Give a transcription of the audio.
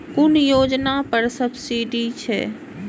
कुन योजना पर सब्सिडी छै?